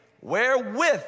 wherewith